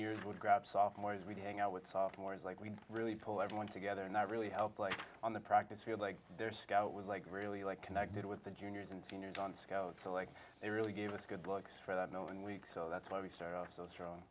seniors would grab sophomores weeding out what sophomores like we really pull everyone together and that really helped like on the practice field like there scout was like really like connected with the juniors and seniors on scouts like they really gave us good looks for that no one week so that's why we started so strong